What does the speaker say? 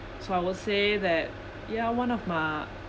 so I will say that ya one of my